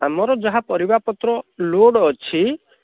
ଆମର ଯାହା ପରିବା ପତ୍ର ଲୋଡ଼ ଅଛି